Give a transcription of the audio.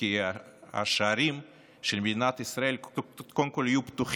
כי השערים של מדינת ישראל יהיו קודם כול פתוחים